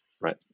right